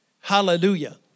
Hallelujah